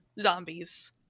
zombies